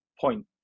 point